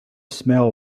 smell